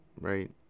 right